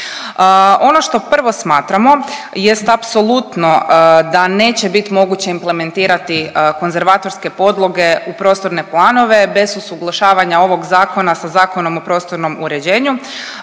Ono što prvo smatramo jest apsolutno da neće bit moguće implementirati konzervatorske podloge u prostorne planove bez usuglašavanja ovog zakona sa Zakonom o prostornom uređenju